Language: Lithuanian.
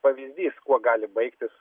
pavyzdys kuo gali baigtis